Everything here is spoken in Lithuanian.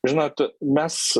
žinot mes